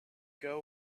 ago